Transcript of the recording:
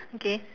okay